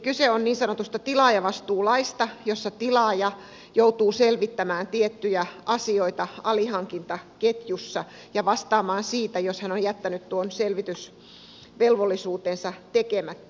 kyse on niin sanotusta tilaajavastuulaista jossa tilaaja joutuu selvittämään tiettyjä asioita alihankintaketjussa ja vastaamaan siitä jos hän on jättänyt tuon selvitysvelvollisuutensa tekemättä